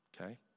okay